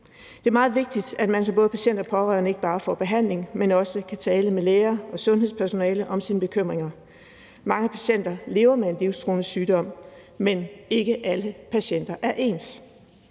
Det er meget vigtigt, at man som både patient og pårørende ikke bare får behandling, men også kan tale med læger og sundhedspersonale om sine bekymringer. Mange patienter lever med en livstruende sygdom, men ikke alle patienter er ens.